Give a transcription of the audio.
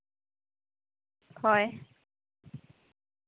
ᱦᱳᱭ